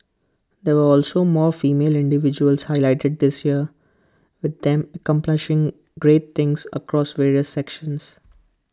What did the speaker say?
there were also more female individuals highlighted this year with them accomplishing great things across various sectors